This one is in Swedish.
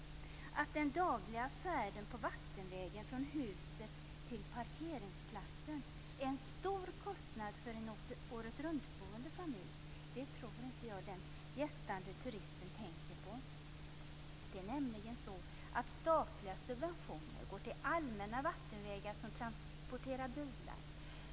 Att den dagliga färden vattenvägen från huset till parkeringsplatsen innebär en stor kostnad för en åretruntboende familj tror jag inte att den gästande turisten tänker på. Det är nämligen så att de statliga subventionerna går till allmänna vattenvägar som transporterar bilar.